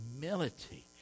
humility